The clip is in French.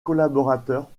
collaborateurs